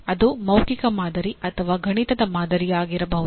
ಅದು ಮೌಖಿಕ ಮಾದರಿ ಅಥವಾ ಗಣಿತದ ಮಾದರಿಯಾಗಿರಬಹುದು